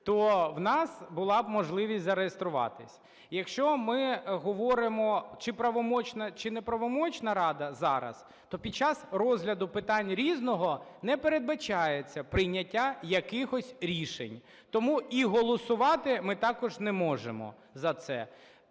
то у нас була б можливість зареєструватися. Якщо ми говоримо, чи правомочна, чи не правомочна Рада зараз, то під час розгляду питань "Різного" не передбачається прийняття якихось рішень, тому і голосувати ми також не можемо за це,